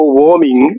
warming